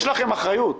יש לכם אחריות.